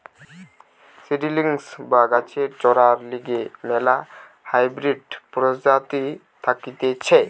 seedlings বা গাছের চরার লিগে ম্যালা হাইব্রিড প্রজাতি থাকতিছে